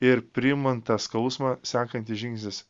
ir priimant tą skausmą sekantis žingsnis